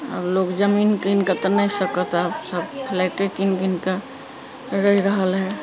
आब लोग जमीन कीन कऽ तऽ नहि सकत आब सभ फ्लैटे कीन कीन कऽ रहि रहल हय